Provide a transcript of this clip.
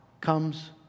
comes